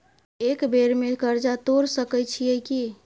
एक बेर में कर्जा तोर सके छियै की?